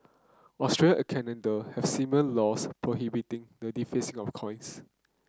Australia and Canada have similar laws prohibiting the defacing of coins